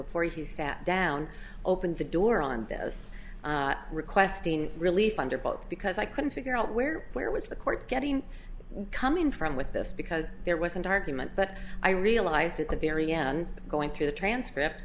before he sat down opened the door on those requesting relief under both because i couldn't figure out where where was the court getting coming from with this because there was an argument but i realized at the very end going through the transcript